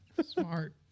Smart